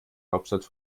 hauptstadt